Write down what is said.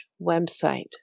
website